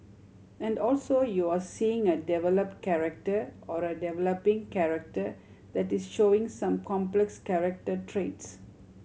and also you're seeing a develop character or a developing character that is showing some complex character traits